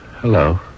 Hello